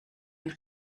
ein